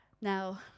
Now